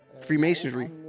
Freemasonry